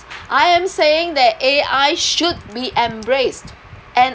I am saying that A_I should be embraced and